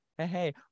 Hey